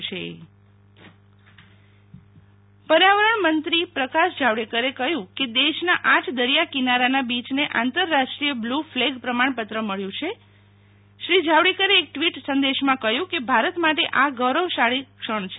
શિતલ વૈશ્નવ પર્યાવરણમંત્રી blue flag પર્યાવરણ મંત્રી પ્રકાશ જાવડેકરે કહ્યું કે દેશના આઠ દરિયા કિનારાના બીયને આંતરરાષ્ટ્રીય બ્લૂ ફ્લેગ પ્રમાણપત્ર મળ્યુ છે શ્રી જાવડેકરે એક ટવીટ સદેશમાં કહ્યું કે ભારત માટે આ ગૌરવશાળી ક્ષણ છે